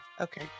okay